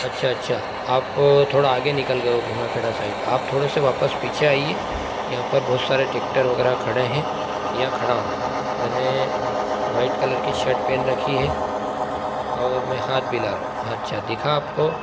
अच्छा अच्छा आप थोड़ा आगे निकल गए हो भीमा खेड़ा साइड आप थोड़े से वापस पीछे आइए यहाँ पर बहुत सारे टेक्टर वगैरह खड़े हैं यहाँ खड़ा हूँ मैंने वाइट कलर की शर्ट पहन रखी हे और मैं हाथ भी हिला रहा हूँ अच्छा दिखा आपको